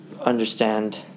understand